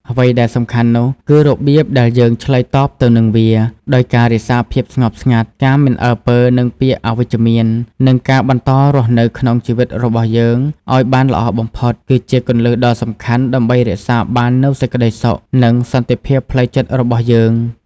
អ្វីដែលសំខាន់នោះគឺរបៀបដែលយើងឆ្លើយតបទៅនឹងវា ដោយការរក្សាភាពស្ងប់ស្ងាត់ ការមិនអើពើនឹងពាក្យអវិជ្ជមាន និងការបន្តរស់នៅក្នុងជីវិតរបស់យើងឱ្យបានល្អបំផុត គឺជាគន្លឹះដ៏សំខាន់ដើម្បីរក្សាបាននូវសេចក្តីសុខ និងសន្ដិភាពផ្លូវចិត្ដរបស់យើង។